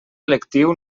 lectiu